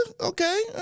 Okay